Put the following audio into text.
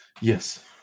Yes